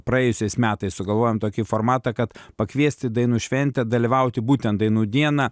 praėjusiais metais sugalvojom tokį formatą kad pakviest į dainų šventę dalyvaut į būtent dainų dieną